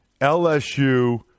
LSU